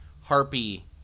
harpy